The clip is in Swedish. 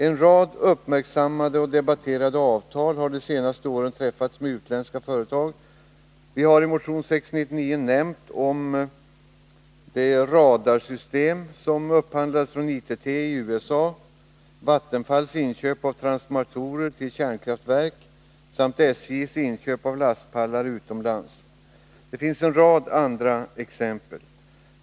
En rad uppmärksammade och debatterade avtal har de senaste åren träffats med utländska företag. Vi har i motionen 699 nämnt det radarsystem som upphandlades från ITT i USA, Vattenfalls inköp av transformatorer till kärnkraftverk samt SJ:s inköp av lastpallar utomlands. Det finns en rad andra exempel.